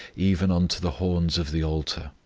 even unto the horns of the altar.